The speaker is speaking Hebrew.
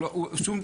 שום,